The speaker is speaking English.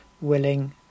willing